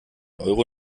euro